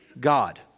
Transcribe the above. God